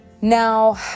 now